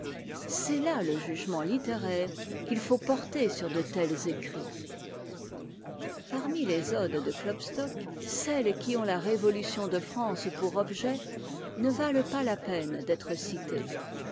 c'est là le jugement littéraire qu'il faut poitersur dé téls écrits parmi les odes de klopstock cehés qui ont lai rév otution de france pour objet ne valent pas la peine d'être citées